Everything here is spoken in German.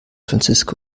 francisco